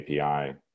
API